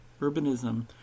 Urbanism